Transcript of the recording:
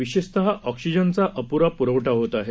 विशेषतः ऑक्सिजनचा अपुरा पुरवठा होत आहे